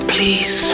Please